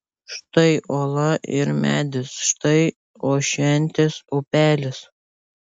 štai uola ir medis štai ošiantis upelis